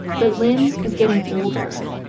but lynn is getting older.